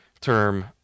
term